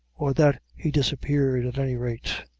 or that he disappeared, at any rate.